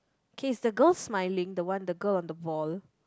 K is the girl smiling the one the girl on the boat